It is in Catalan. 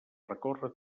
recórrer